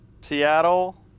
Seattle